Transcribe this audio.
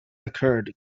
occurred